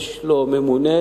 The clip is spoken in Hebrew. יש לו ממונה,